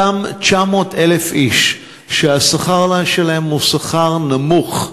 אותם 900,000 איש שהשכר שלהם הוא שכר נמוך,